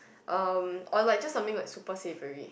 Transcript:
um or like just something like super savory